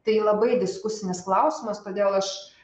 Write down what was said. tai labai diskusinis klausimas todėl aš